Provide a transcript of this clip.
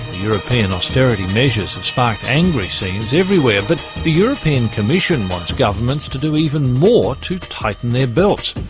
european austerity measures have sparked angry scenes everywhere. but the european commission wants governments to do even more to tighten their belts.